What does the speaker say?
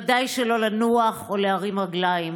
ודאי שלא לנוח או להרים רגליים.